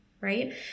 Right